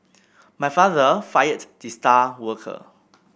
my father fired the star worker